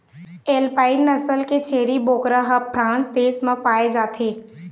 alpine नसल के छेरी बोकरा ह फ्रांस देश म पाए जाथे